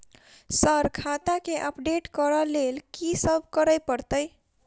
Sir खाता केँ update करऽ लेल की सब करै परतै?